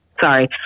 sorry